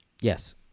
Yes